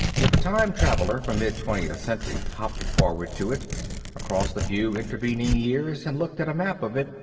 if a time traveler from mid twentieth century hopped forward to it across the few intervening years and looked at a map of it,